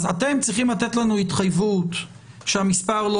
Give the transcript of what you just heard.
אתם צריכים לתת לנו התחייבות שהמספר לא